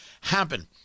happen